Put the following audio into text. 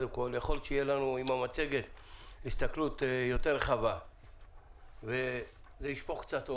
יכול להיות שעם המצגת תהיה לנו ראיה יותר רחבה וזה ישפוך קצת אור,